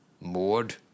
moored